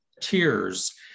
tears